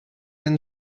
been